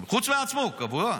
חוץ מעצמו, כמובן,